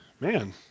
Man